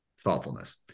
thoughtfulness